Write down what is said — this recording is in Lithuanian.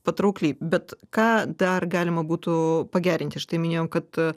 patraukli bet ką dar galima būtų pagerinti štai minėjom kad